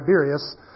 Tiberius